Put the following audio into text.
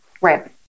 Right